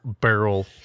barrel